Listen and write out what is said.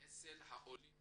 אצל העולים